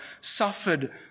suffered